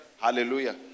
Hallelujah